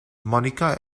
mónica